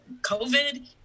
COVID